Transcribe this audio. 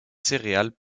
céréales